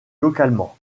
localement